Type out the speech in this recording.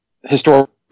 historical